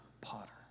potter